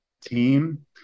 team